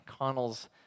McConnell's